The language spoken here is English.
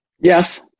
Yes